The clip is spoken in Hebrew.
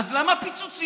אז למה פיצוציות?